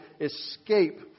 escape